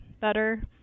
better